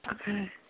Okay